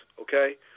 okay